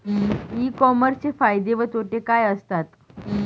E कॉमर्सचे फायदे व तोटे काय असतात?